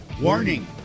warning